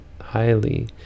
highly